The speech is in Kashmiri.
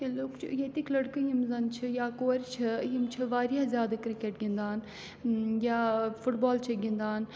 لُکھ چھِ ییٚتِکۍ لٔڑکہٕ یِم زَن چھِ یا کورِ چھِ یِم چھِ واریاہ زیادٕ کِرکٹ گِنٛدان یا فُٹ بال چھِ گِنٛدان